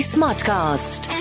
Smartcast